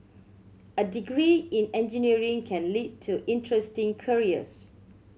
a degree in engineering can lead to interesting careers